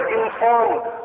informed